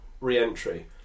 re-entry